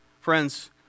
Friends